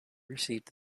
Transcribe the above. received